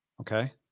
okay